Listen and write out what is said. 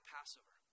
Passover